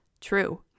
true